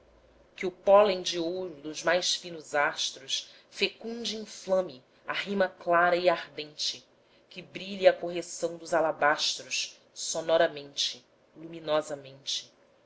que o pólen de ouro dos mais finos astros fecunde e inflame a rime clara e ardente que brilhe a correção dos alabastros sonoramente luminosamente